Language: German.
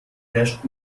herrscht